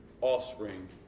offspring